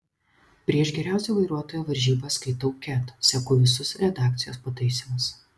prieš geriausio vairuotojo varžybas skaitau ket seku visus redakcijos pataisymus